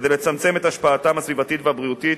כדי לצמצם את השפעתם הסביבתית והבריאותית.